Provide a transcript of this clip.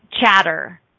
chatter